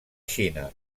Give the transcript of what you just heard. xina